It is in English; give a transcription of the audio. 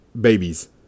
babies